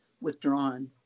withdrawn